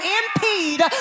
impede